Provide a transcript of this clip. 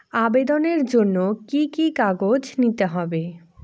আবেদনের জন্য কি কি কাগজ নিতে হবে?